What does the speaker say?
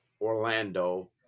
Orlando